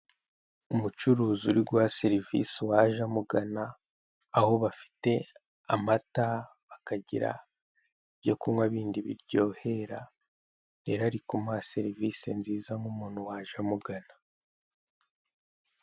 Umucuruzi uri guha serivise uwaje amugana, aho bafite amata bakagira ibyo kunywa bindi biryohera; rero ari kumuha serivise nziza nk'umuntu waje amugana.